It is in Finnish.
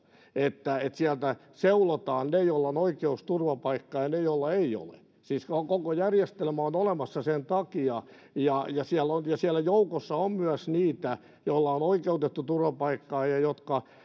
että sieltä seulotaan ne joilla on oikeus turvapaikkaan ja ne joilla ei ole siis koko järjestelmä on olemassa sen takia ja siellä joukossa on myös niitä joilla on oikeutettu turvapaikka ja jotka